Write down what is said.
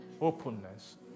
openness